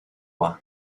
one